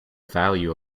values